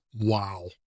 Wow